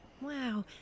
Wow